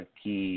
Que